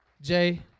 Jay